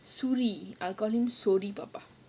suri I'll call him suri papa